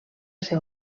ser